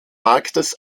marktes